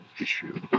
issue